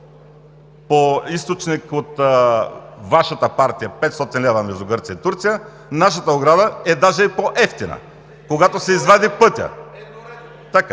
по източник от Вашата партия – от 500 лв. между Гърция и Турция. Нашата ограда даже е по-евтина, когато се извади пътят.